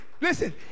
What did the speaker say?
Listen